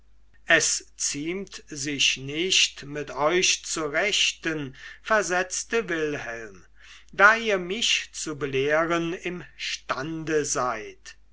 es ziemt sich nicht mit euch zu rechten versetzte wilhelm da ihr mich zu belehren imstande seid